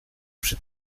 przy